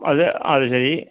അത് അത് ശരി